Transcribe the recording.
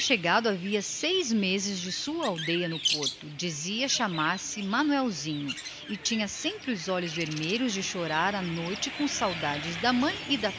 chegara havia coisa de seis meses da sua aldeia no porto dizia chamar-se manuelzinho e tinha sempre os olhos vermelhos de chorar à noite com saudades da mãe e da